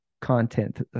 content